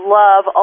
love